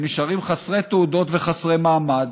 הם נשארים חסרי תעודות וחסרי מעמד.